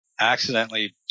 accidentally